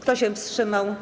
Kto się wstrzymał?